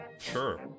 Sure